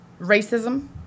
racism